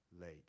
late